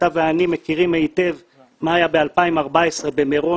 אתה ואני מכירים היטב מה היה ב-2014 במירון,